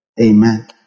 Amen